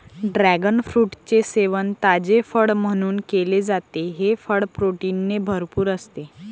dragon फ्रूटचे सेवन ताजे फळ म्हणून केले जाते, हे फळ प्रोटीनने भरपूर असते